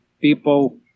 people